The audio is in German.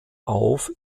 auf